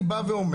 אני בא ואומר,